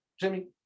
Jimmy